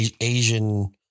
asian